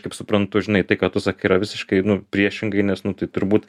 kaip suprantu žinai tai ką tu sakai yra visiškai priešingai nes nu tai turbūt